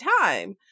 time